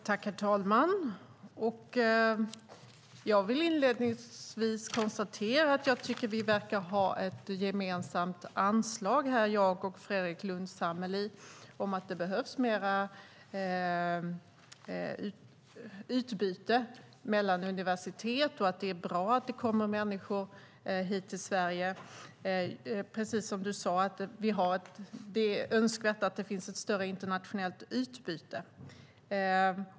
Herr talman! Jag vill inledningsvis konstatera att jag och Fredrik Lundh Sammeli verkar ha ett gemensamt anslag när det gäller att det behövs mer utbyte mellan universitet och att det är bra att det kommer människor hit till Sverige. Precis som du sade är det önskvärt att det finns ett större internationellt utbyte.